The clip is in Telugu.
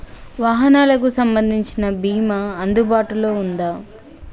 వాహనాలకు సంబంధించిన బీమా అందుబాటులో ఉందా?